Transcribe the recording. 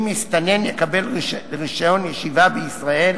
אם מסתנן יקבל רשיון ישיבה בישראל,